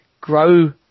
grow